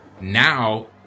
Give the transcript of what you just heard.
now